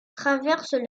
traverse